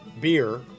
beer